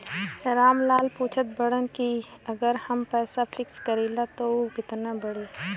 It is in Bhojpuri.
राम लाल पूछत बड़न की अगर हम पैसा फिक्स करीला त ऊ कितना बड़ी?